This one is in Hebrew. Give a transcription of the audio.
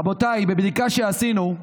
רבותיי, מבדיקה שעשינו,